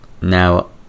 now